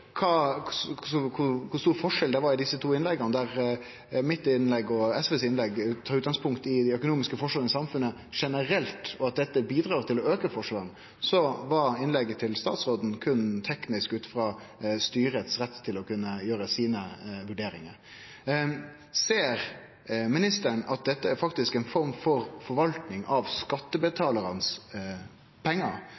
kor stor forskjell det er på desse to innlegga, der eg i mitt innlegg tok utgangspunkt i dei økonomiske forskjellane i samfunnet generelt, og at dette bidreg til å auke forskjellane, og statsråden i sitt innlegg berre var teknisk ut frå styrets rett til å kunne gjere sine vurderingar. Ser ministeren at dette faktisk er ei form for forvaltning av